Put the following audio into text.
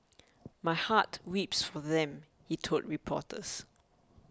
my heart weeps for them he told reporters